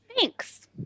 Thanks